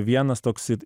vienas toks it